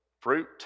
fruit